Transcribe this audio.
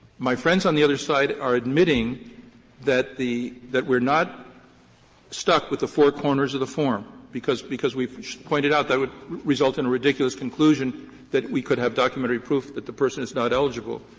my friends on the other side are admitting that the that we're not stuck with the four corners of the form, because because we've pointed out that would result in a ridiculous conclusion that we could have documentary proof that the person is not eligible.